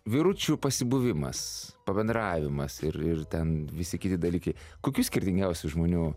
vyručių pasibuvimas pabendravimas ir ir ten visi kiti dalykai kokių skirtingiausių žmonių